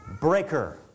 breaker